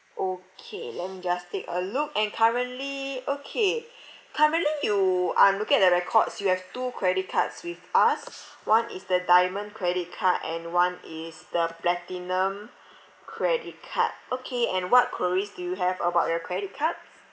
okay let me just take a look and currently okay currently you I'm looking at the records you have two credit cards with us one is the diamond credit card and one is the platinum credit card okay and what queries do you have about your credit cards